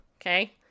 okay